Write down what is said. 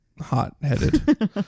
hot-headed